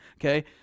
okay